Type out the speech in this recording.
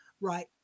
Right